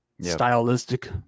stylistic